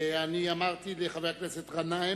חבר הכנסת גנאים,